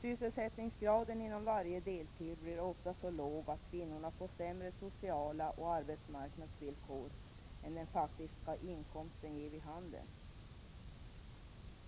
Sysselsättningsgraden inom varje deltidsarbete blir ofta så låg att kvinnorna får sämre sociala villkor och arbetsmarknadsvillkor än den faktiska inkomsten ger vid handen.